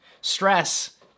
Stress